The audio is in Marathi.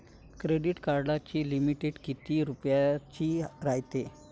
क्रेडिट कार्डाची लिमिट कितीक रुपयाची रायते?